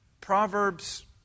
Proverbs